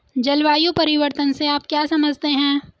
जलवायु परिवर्तन से आप क्या समझते हैं?